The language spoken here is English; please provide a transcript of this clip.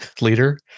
leader